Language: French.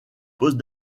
poste